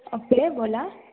okay बोला